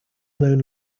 known